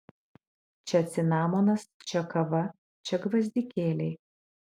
čia cinamonas čia kava čia gvazdikėliai